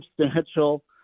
substantial